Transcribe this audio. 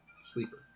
Sleeper